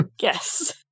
Yes